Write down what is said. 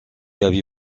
avait